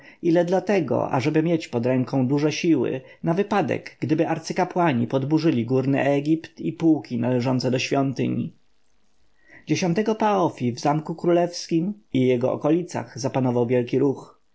ile dlatego ażeby mieć pod ręką duże siły na wypadek gdyby arcykapłani podburzyli górny egipt i pułki należące do świątyni dziesiątek paf w zamku królewskim i jego okolicach zapanował wielki ruch